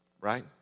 right